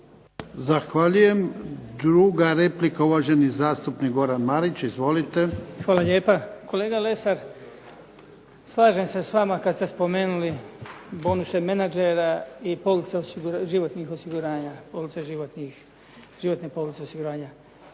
Zahvaljujem. Druga replika, uvaženi zastupnik Goran Marić. Izvolite. **Marić, Goran (HDZ)** Hvala lijepa. Kolega Lesar, slažem se s vama kad ste spomenuli bonuse menadžera i police životnih osiguranja,